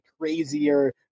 crazier